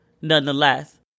nonetheless